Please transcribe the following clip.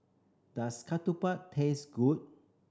does ketupat taste good